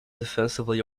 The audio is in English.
defensively